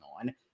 on